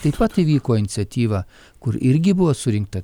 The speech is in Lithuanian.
taip pat įvyko iniciatyva kur irgi buvo surinkta